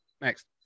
Next